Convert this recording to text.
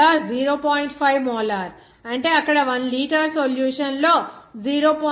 5 molar అంటే అక్కడ 1 litre solution లో 0